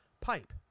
pipe